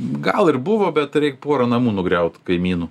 gal ir buvo bet reik porą namų nugriaut kaimynų